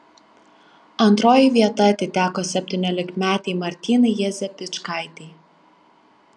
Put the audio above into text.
antroji vieta atiteko septyniolikmetei martynai jezepčikaitei